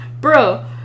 bro